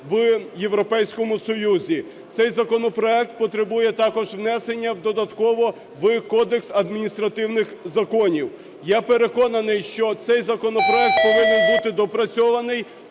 в Європейському Союзі. Цей законопроект потребує також внесення додатково в Кодекс адміністративних законів. Я переконаний, що цей законопроект повинен бути доопрацьований,